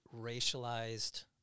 racialized